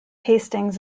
hastings